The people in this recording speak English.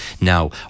now